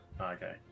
Okay